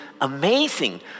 amazing